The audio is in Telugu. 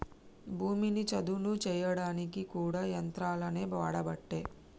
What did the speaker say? భూమిని చదును చేయడానికి కూడా యంత్రాలనే వాడబట్టే